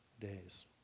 days